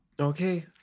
Okay